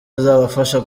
azabafasha